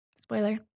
spoiler